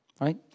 right